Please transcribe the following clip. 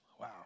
Wow